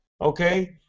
okay